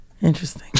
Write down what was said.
Interesting